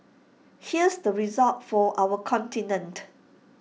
here's the result for our continent